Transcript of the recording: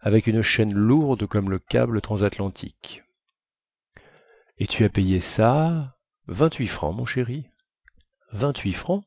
avec une chaîne lourde comme le câble transatlantique et tu as payé ça vingt-huit francs mon chéri vingt-huit francs